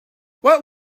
what